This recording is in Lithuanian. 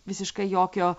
visiškai jokio